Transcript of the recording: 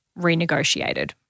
renegotiated